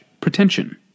pretension